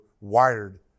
wired